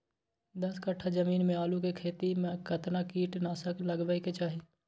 दस कट्ठा जमीन में आलू के खेती म केतना कीट नासक लगबै के चाही?